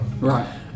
Right